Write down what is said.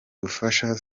gufasha